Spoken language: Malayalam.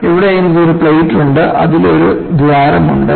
ഇവിടെ എനിക്ക് ഒരു പ്ലേറ്റ് ഉണ്ട് അതിലൊരു ദ്വാരമുണ്ട് ഉണ്ട്